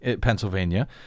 Pennsylvania